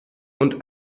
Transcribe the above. und